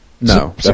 No